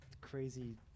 crazy